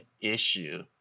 issue